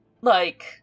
like-